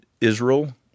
Israel